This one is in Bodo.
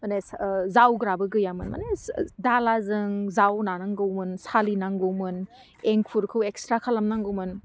माने ओह जावग्राबो गैयामोन माने दालाजों जावनांगौमोन सालिनांगौमोन एंखुरखौ एक्स्रा खालामनांगौमोन